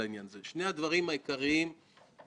אני לא יודע אם אהיה בכנסת או בממשלה,